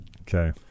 Okay